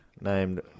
named